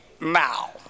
now